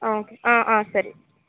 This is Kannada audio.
ಹಾಂ ಓಕೆ ಆಂ ಆಂ ಸರಿ